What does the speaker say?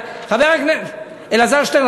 אלעזר שטרן,